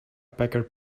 bigger